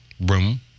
room